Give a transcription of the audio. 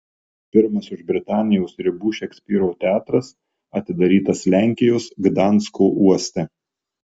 pirmas už britanijos ribų šekspyro teatras atidarytas lenkijos gdansko uoste